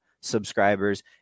subscribers